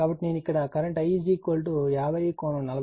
కాబట్టి నేను ఇక్కడ కరెంట్ I 50 ∠ 45